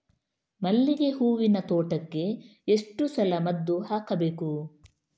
ಮಲ್ಲಿಗೆ ಹೂವಿನ ತೋಟಕ್ಕೆ ಎಷ್ಟು ಸಲ ಮದ್ದು ಹಾಕಬೇಕು?